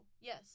Yes